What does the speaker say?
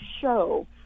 show